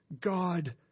God